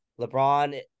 LeBron